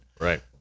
Right